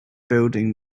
building